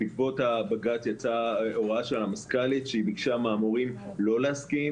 בעקבות הבג"ץ יצאה הוראה של המזכ"לית שביקשה מהמורים לא להסכים